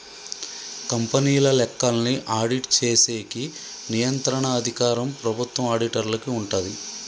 కంపెనీల లెక్కల్ని ఆడిట్ చేసేకి నియంత్రణ అధికారం ప్రభుత్వం ఆడిటర్లకి ఉంటాది